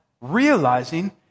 realizing